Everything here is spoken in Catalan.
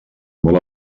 molt